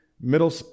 middle